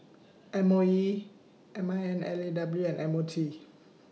M O E M I N L A W and M O T